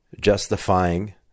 justifying